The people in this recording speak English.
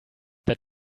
that